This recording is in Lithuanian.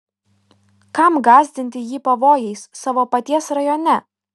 kam gąsdinti jį pavojais savo paties rajone